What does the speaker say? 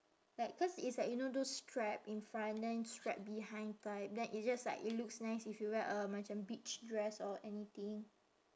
like cause it's like you know those strap in front then strap behind type then it's just like it looks nice if you wear a macam beach dress or anything